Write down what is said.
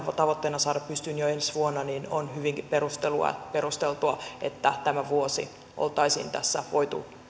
tavoitteena saada pystyyn jo ensi vuonna niin on hyvinkin perusteltua perusteltua että tämä vuosi oltaisiin tässä voitu